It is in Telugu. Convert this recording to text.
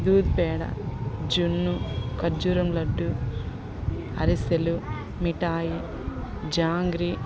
దూద్పేడ జున్ను ఖర్జూరం లడ్డు అరిసెలు మిఠాయి జాంగ్రీ